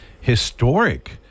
historic